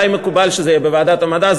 עלי מקובל שזה יהיה בוועדת המדע.